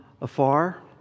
afar